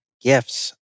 gifts